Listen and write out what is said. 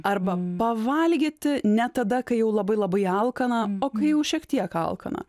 arba pavalgyti ne tada kai jau labai labai alkana o kai jau šiek tiek alkana